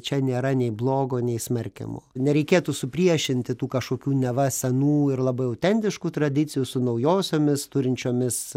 čia nėra nei blogo nei smerkiamo nereikėtų supriešinti tų kažkokių neva senų ir labai autentiškų tradicijų su naujosiomis turinčiomis